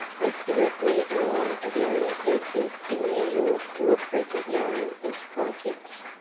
mr. ripley and i are the only persons in new york who at present know its contents.